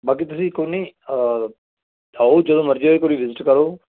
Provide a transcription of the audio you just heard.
ਬਾਕੀ ਤੁਸੀਂ ਕੋਈ ਨਹੀਂ ਆਓ ਜਦੋਂ ਮਰਜ਼ੀ ਆਓ ਇੱਕ ਵਾਰ ਵਿਜਿਟ ਕਰੋ